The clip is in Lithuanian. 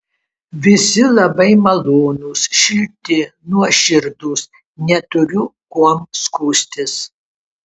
visi labai malonūs šilti nuoširdūs neturiu kuom skųstis